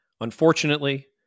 Unfortunately